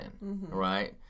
right